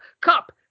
Cup